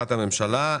הממשלה.